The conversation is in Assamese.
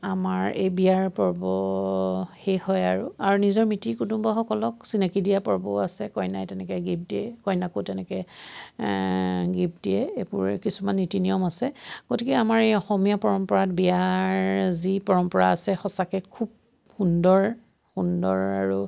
আমাৰ এই বিয়াৰ পৰ্ব শেষ হয় আৰু আৰু নিজৰ মিতিৰ কুটুমসকলক চিনাকি দিয়া পৰ্বও আছে কইনাই তেনেকৈ গিফ্ট দিয়ে কইনাকো তেনেকৈ গিফ্ট দিয়ে এইবোৰ কিছুমান নীতি নিয়ম আছে গতিকে আমাৰ এই অসমীয়া পৰম্পৰাত বিয়াৰ যি পৰম্পৰা আছে সঁচাকৈ খুব সুন্দৰ সুন্দৰ আৰু